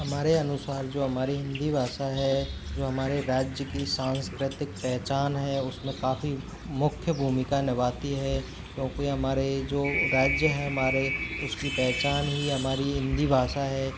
हमारे अनुसार जो हमारी हिंदी भाषा है जो हमारे राज्य की सांस्कृतिक पहचान है उस में काफ़ी मुख्य भूमिका निभाती है क्योंकि हमारा जो राज्य है हमारा उसकी पहचान ही हमारी हिंदी भाषा है